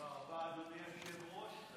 תודה רבה, אדוני היושב-ראש.